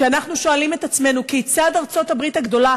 כשאנחנו שואלים את עצמנו כיצד ארצות-הברית הגדולה